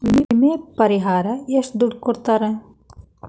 ವಿಮೆ ಪರಿಹಾರ ಎಷ್ಟ ದುಡ್ಡ ಕೊಡ್ತಾರ?